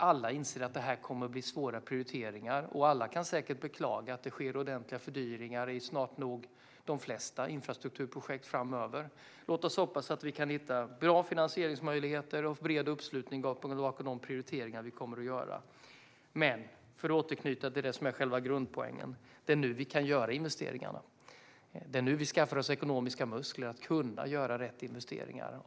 Alla inser att detta kommer att innebära svåra prioriteringar, och alla kan säkert beklaga att det sker ordentliga fördyringar i snart nog de flesta infrastrukturprojekt framöver. Låt oss hoppas att vi kan hitta bra finansieringsmöjligheter och bred uppslutning bakom de prioriteringar vi kommer att göra. Men för att återknyta till det som är själva grundpoängen: Det är nu vi kan göra investeringarna. Det är nu vi skaffar oss ekonomiska muskler att kunna göra rätt investeringar.